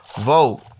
vote